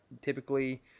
Typically